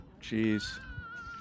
Jeez